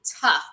tough